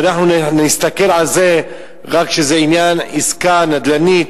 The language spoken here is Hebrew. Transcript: ואנחנו נסתכל על זה שזה רק עניין של עסקה נדל"נית,